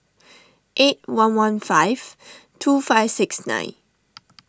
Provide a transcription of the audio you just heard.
eight one one five two five six nine